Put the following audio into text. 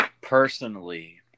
personally